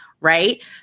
right